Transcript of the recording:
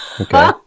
okay